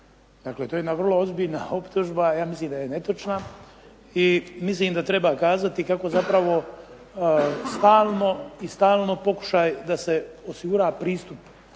Dakle, to je jedna vrlo ozbiljna optužba, ja mislim da je netočna i mislim da treba kazati kako zapravo stalno i stalno pokušaj da se osigura pristup